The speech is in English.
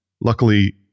luckily